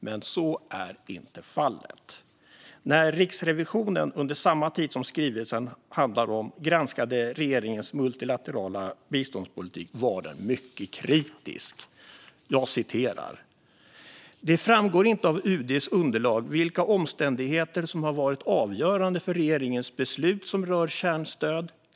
Men så är inte fallet. När Riksrevisionen under samma tid som skrivelsen handlar om granskade regeringens multilaterala biståndspolitik var den mycket kritisk. Jag citerar: "Det framgår inte av UD:s underlag vilka omständigheter som har varit avgörande för regeringens beslut som rör kärnstöd.